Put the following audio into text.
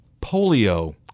polio